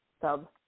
sub